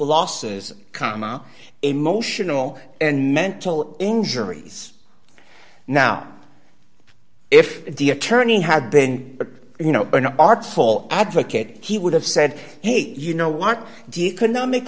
losses comma emotional and mental injuries now if the attorney had been you know an artful advocate he would have said hey you know what do you cannot make